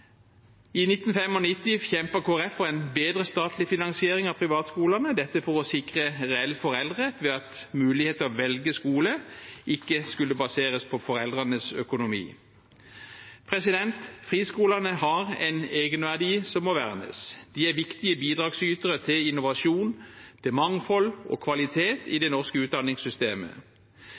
I 1995 kjempet Kristelig Folkeparti for en bedre statlig finansiering av privatskolene, dette for å sikre reell foreldrerett ved at mulighet til å velge skole ikke skulle baseres på foreldrenes økonomi. Friskolene har en egenverdi som må vernes. De er viktige bidragsytere til innovasjon, til mangfold og kvalitet i det norske utdanningssystemet.